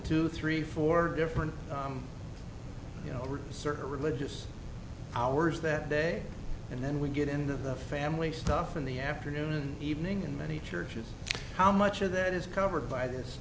two three four different you know certain religious hours that day and then we get into the family stuff in the afternoon and evening in many churches how much of that is covered by this